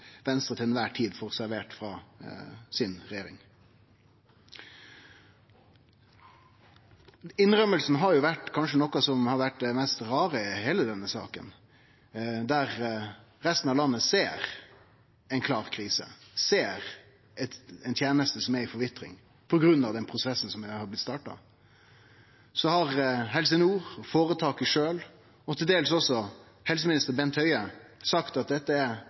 Venstre til kvar tid får servert frå regjeringa si. Innrømminga har kanskje vore det raraste i heile saka. Der resten av landet ser ei klar krise og ser ei teneste som er i forvitring på grunn av den prosessen som har blitt starta, har Helse Nord, føretaket sjølv og til dels òg helseminister Bent Høie sagt at dette er